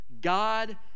God